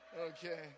Okay